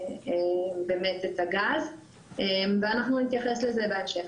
באמת את הגז ואנחנו נתייחס לזה בהמשך.